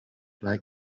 like